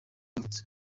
yavutse